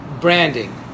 Branding